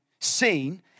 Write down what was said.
seen